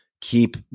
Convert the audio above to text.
keep